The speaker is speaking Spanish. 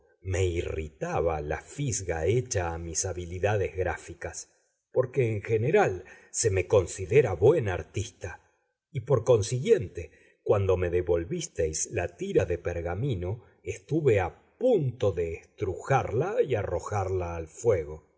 me irritaba la fisga hecha a mis habilidades gráficas porque en general se me considera buen artista y por consiguiente cuando me devolvisteis la tira de pergamino estuve a punto de estrujarla y arrojarla al fuego